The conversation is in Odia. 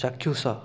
ଚାକ୍ଷୁଷ